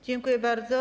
Dziękuję bardzo.